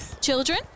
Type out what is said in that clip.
Children